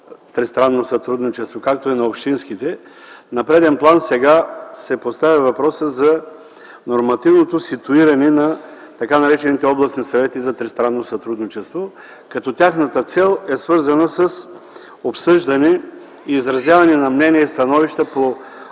тристранно сътрудничество, на преден план сега се поставя въпросът за нормативното ситуиране на тъй наречените областни съвети за тристранно сътрудничество, като тяхната цел е свързана с обсъждане и изразяване на мнения и становища по въпроси